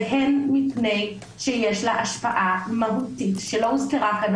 והן מפני שיש לה השפעה מהותית שלא הוזכרה כאן